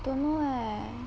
don't know eh